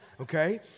okay